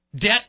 debt